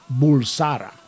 bulsara